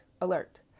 alert